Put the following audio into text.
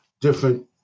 different